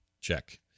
check